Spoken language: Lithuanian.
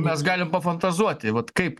mes galim pafantazuoti vat kaip